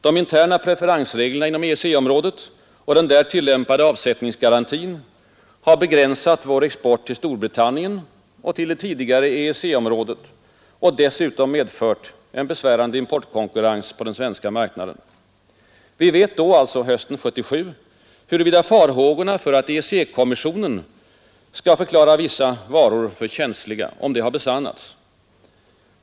De interna preferensreglerna inom EEC-området och den där tillämpade avsättningsgarantin har begränsat vår export till Storbritannien och till det tidigare EEC-området och dessutom medfört en besvärande importkonkurrens på den svenska marknaden. Vi vet då — hösten 1977 huruvida farhågorna för att EEC-kommissionen skall förklara vissa varor för ”känsliga” besannats.